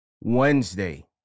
Wednesday